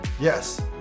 Yes